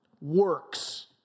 works